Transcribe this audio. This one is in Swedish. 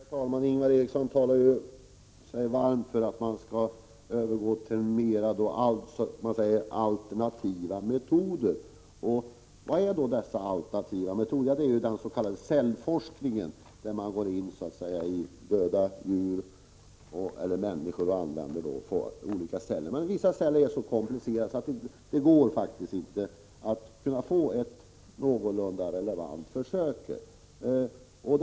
Herr talman! Ingvar Eriksson talar sig varm för att man i större utsträckning skall övergå till alternativa metoder. Vilka är då dessa alternativa metoder? Det är bl.a. dens.k. cellforskningen. Man använder då celler från döda människor och djur. Men vissa celler är så komplicerade att det faktiskt inte går att göra ett någorlunda relevant försök med denna metod.